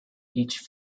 each